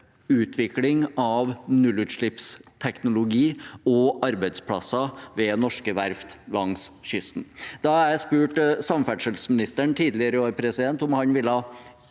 utvikling av nullutslippsteknologi og arbeidsplasser ved norske verft langs kysten. Da jeg spurte samferdselsministeren tidligere i år om han ville